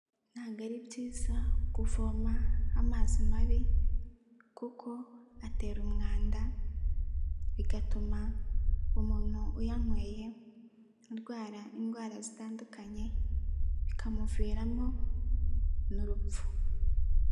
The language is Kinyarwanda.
Ntago ari byiza kuvoma amazi mabi kuko atera umwanda bigatuma umuntu uyanyweye arwara indwara zitandukanye bikamuviramo n'urupfu.